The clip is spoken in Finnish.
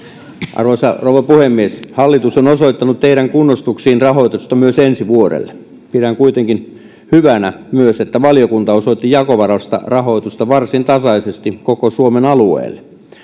arvoisa rouva puhemies hallitus on osoittanut teiden kunnostuksiin rahoitusta myös ensi vuodelle pidän kuitenkin hyvänä myös sitä että valiokunta osoitti jakovarasta rahoitusta varsin tasaisesti koko suomen alueelle